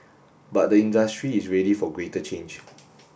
but the industry is ready for greater change